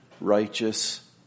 righteous